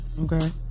Okay